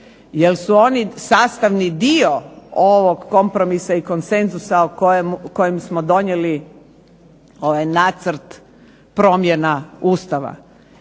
je li su oni sastavni dio ovog kompromisa i konsenzusa o kojem smo donijeli ovaj Nacrt promjena Ustava,